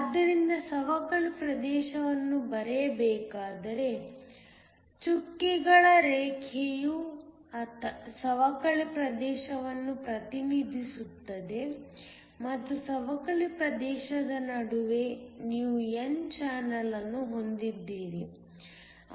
ಆದ್ದರಿಂದ ಸವಕಳಿ ಪ್ರದೇಶವನ್ನು ಬರೆಯಬೇಕಾದರೆ ಚುಕ್ಕೆಗಳ ರೇಖೆಯು ಸವಕಳಿ ಪ್ರದೇಶವನ್ನು ಪ್ರತಿನಿಧಿಸುತ್ತದೆ ಮತ್ತು ಸವಕಳಿ ಪ್ರದೇಶದ ನಡುವೆ ನೀವು n ಚಾನಲ್ ಅನ್ನು ಹೊಂದಿದ್ದೀರಿ